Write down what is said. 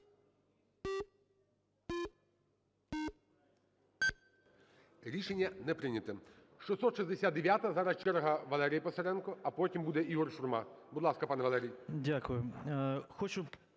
Рішення не прийнято. 669-а. Зараз черга Валерія Писаренка, а потім буде Ігор Шурма. Будь ласка, пане Валерій.